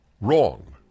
wrong